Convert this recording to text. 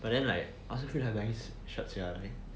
but then like I also feel like buying shirts sia